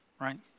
right